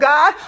God